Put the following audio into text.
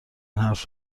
حرف